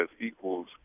equals